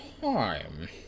time